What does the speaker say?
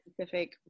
specific